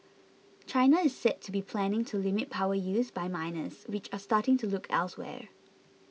China is said to be planning to limit power use by miners which are starting to look elsewhere